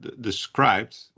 described